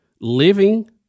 living